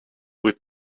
with